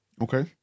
okay